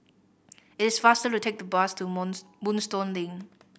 it's faster to take the bus to Month Moonstone Lane